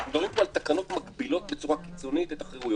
אנחנו מדברים פה על תקנות מגבילות בצורה קיצונית את החירויות,